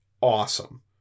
awesome